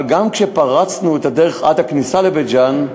אבל גם כשפרצנו את הדרך עד הכניסה לבית-ג'ן,